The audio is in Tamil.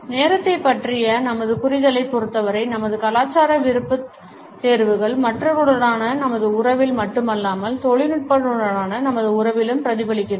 நேரத்தைப் பற்றிய நமது புரிதலைப் பொருத்தவரை நமது கலாச்சார விருப்பத்தேர்வுகள் மற்றவர்களுடனான நமது உறவில் மட்டுமல்லாமல் தொழில்நுட்பத்துடனான நமது உறவிலும் பிரதிபலிக்கின்றன